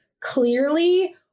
clearly